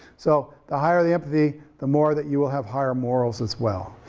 so the higher the empathy, the more that you will have higher morals, as well.